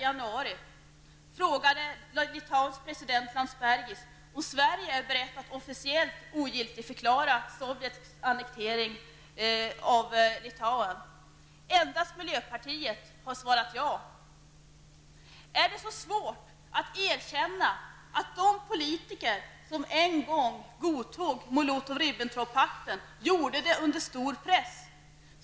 januari frågar Litauens president Landsbergis om Sverige är berett att officiellt ogiltigförklara Sovjets annektering av Litauen. Endast miljöpartiet har svarat ja. Är det så svårt att erkänna att de svenska politiker som en gång godtog Molotov-- Ribbentrop-pakten gjorde det under stor press?